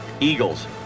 Eagles